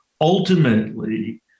ultimately